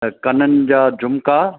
ऐं कननि जा झुमका